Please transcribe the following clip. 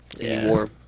anymore